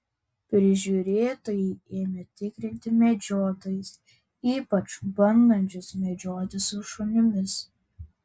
prižiūrėtojai ėmė tikrinti medžiotojus ypač bandančius medžioti su šunimis